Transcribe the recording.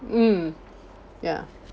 mm ya